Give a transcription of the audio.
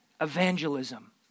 evangelism